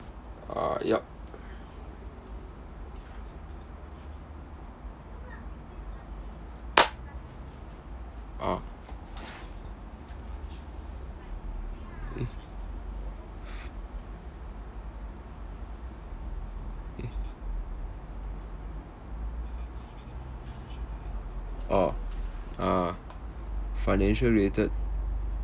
uh yup ah orh uh financial-related